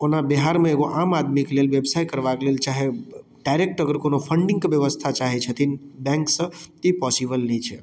ओना बिहार मे एगो आम आदमी के लेल व्यवसाय करबा के लेल चाहे डाइरेक्ट अगर कोनो फंडिंगके व्यवस्था चाहे छथिन बैंकसँ तऽ ई पॉसिबल नहि छै